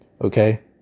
okay